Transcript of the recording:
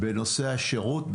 בנושא השירות,